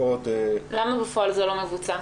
למה בפועל זה לא מבוצע?